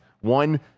One